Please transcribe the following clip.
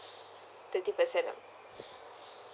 thirty percent ah